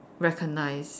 recognise